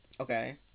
Okay